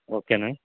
ఓకేనా